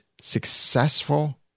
successful